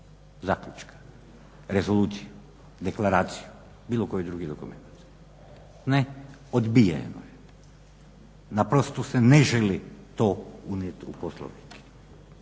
zaključka, rezolucije, deklaracije, bilo koji drugi dokument? Ne, odbijeno je. Naprosto se ne želi to unijeti u Poslovnik.